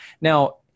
Now